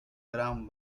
ground